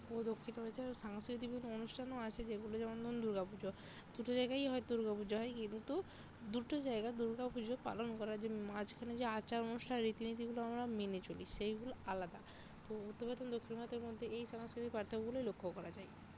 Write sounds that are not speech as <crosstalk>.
তবুও দক্ষিণ <unintelligible> সাংস্কৃতিক বিভিন্ন অনুষ্ঠানও আছে যেগুলো যেমন ধরুন দুর্গা পুজো দুটো জায়গায়ই হয়তো দুর্গা পুজো হয় কিন্তু দুটো জায়গা দুর্গা পুজো পালন করার যে মাঝখানে যে আচার অনুষ্ঠান রীতিনীতিগুলো আমরা মেনে চলি সেইগুলো আলাদা তো উত্তর ভারত এবং দক্ষিণ ভারতের মধ্যে এই সাংস্কৃতিক পার্থক্যগুলি লক্ষ্য করা যায়